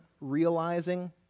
realizing